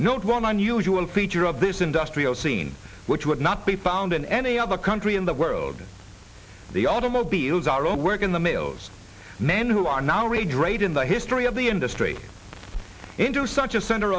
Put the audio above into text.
no one unusual feature of this industrial scene which would not be found in any other country in the world the automobiles are of work in the mills men who are now read right in the history of the industry into such a center